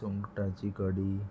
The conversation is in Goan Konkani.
सुंगटाची कडी